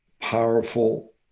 powerful